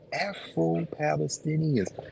Afro-Palestinians